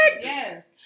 Yes